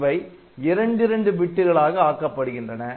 இவை இண்டிரண்டு பிட்டுகளாக ஆக்கப்படுகின்றன